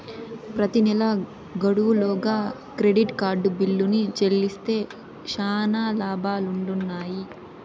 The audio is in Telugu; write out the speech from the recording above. ప్రెతి నెలా గడువు లోగా క్రెడిట్ కార్డు బిల్లుని చెల్లిస్తే శానా లాబాలుండిన్నాయి